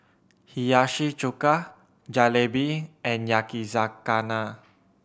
Hiyashi Chuka Jalebi and Yakizakana